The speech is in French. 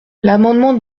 l’amendement